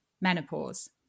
menopause